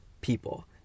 people